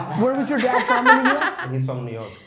where was your dad from in the us? and he's from new york.